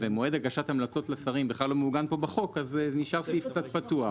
ומועד הגשת המלצות לשרים בכלל לא מעוגן פה בחוק ,אז נשאר סעיף קצת פתוח.